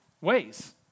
ways